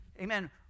Amen